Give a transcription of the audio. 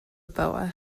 boa